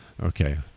Okay